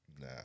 Nah